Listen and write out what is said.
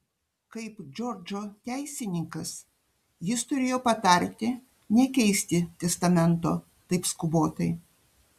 kaip džordžo teisininkas jis turėjo patarti nekeisti testamento taip skubotai